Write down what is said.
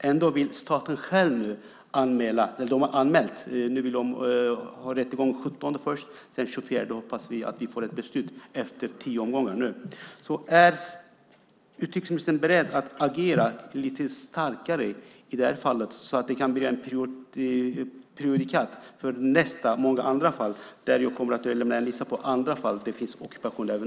Ändå har staten anmält. Det blir rättegångar den 17 juni och den 24 juni efter vilka vi hoppas få ett beslut efter tio omgångar. Är utrikesministern beredd att agera lite starkare i detta fall så att det kan bli ett prejudikat för andra fall? Jag har en lista på fler fall som gäller ockupation.